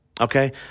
Okay